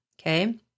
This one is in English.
Okay